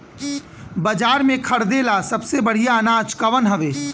बाजार में खरदे ला सबसे बढ़ियां अनाज कवन हवे?